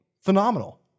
phenomenal